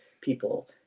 people